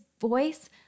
voice